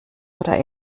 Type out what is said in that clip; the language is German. oder